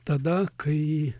tada kai